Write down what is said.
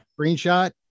screenshot